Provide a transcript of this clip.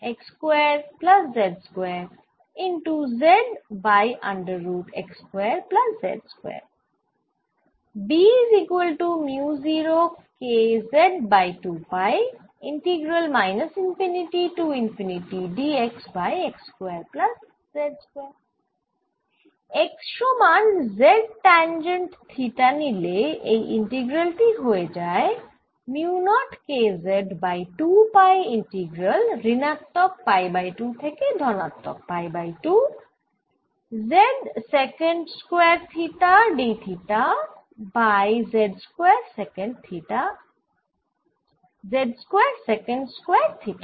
X সমান z tangent theta নিলে এই ইন্টিগ্রাল টি হয়ে যায় mu nought K z by 2 pi integral ঋণাত্মক পাই বাই 2 থেকে ধনাত্মক pi by 2 z secant square theta d theta by z square secant square theta